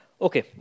Okay